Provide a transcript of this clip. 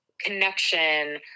connection